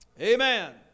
Amen